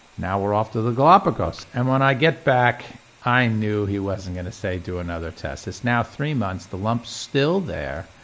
now we're off to the galapagos and when i get back i knew he wasn't going to say do another test, it's now three months, the lump's still there.